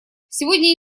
сегодня